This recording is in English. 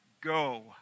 go